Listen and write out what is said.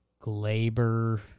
Glaber